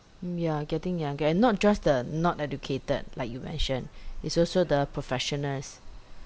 yeah getting younger and not just the not educated like you mentioned it's also the professionals